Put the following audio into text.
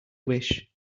wish